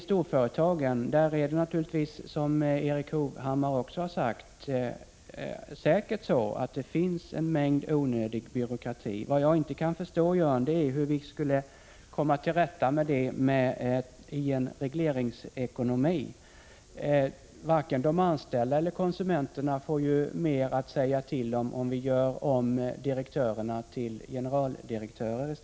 Som Erik Hovhammar också har sagt, finns det säkert en mängd onödig byråkrati i storföretagen. Vad jag inte kan förstå är hur vi skulle komma till rätta med det i en regleringsekonomi. Varken de anställda eller konsumenterna får ju mer att säga till om för att vi gör om direktörerna till generaldirektörer.